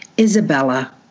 Isabella